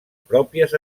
pròpies